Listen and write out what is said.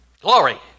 Glory